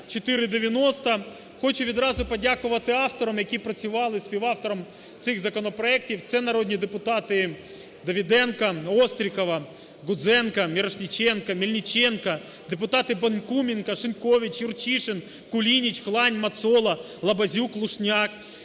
6490. Хочу відразу подякувати авторам, які працювали, співавторам цих законопроектів. Це народні депутати: Давиденко, Острікова, Гудзенко, Мірошніченко, Мельниченко, депутати Бакуменко, Шинькович, Юрчишин, Кулініч, Хлань, Мацола, Лабазюк, Люшняк,